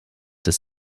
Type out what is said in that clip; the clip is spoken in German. des